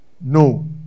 No